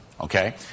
Okay